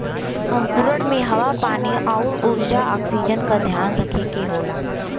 अंकुरण में हवा पानी आउर ऊर्जा ऑक्सीजन का ध्यान रखे के होला